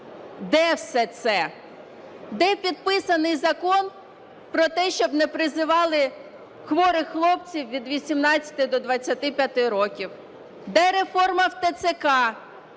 Де все це? Де підписаний Закон про те, щоб не призивали хворих хлопців від 18 до 25 років? Де реформа в ТЦК?